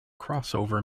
crossover